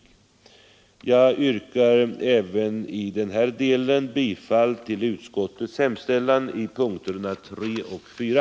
Jag yrkar i denna del bifall till utskottets hemställan i punkterna 3 och 4.